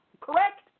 correct